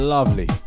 Lovely